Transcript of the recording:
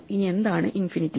ഇനി എന്താണ് ഇൻഫിനിറ്റി